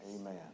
Amen